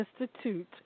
Institute